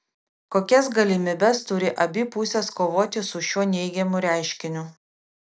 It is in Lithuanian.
kokias galimybes turi abi pusės kovoti su šiuo neigiamu reiškiniu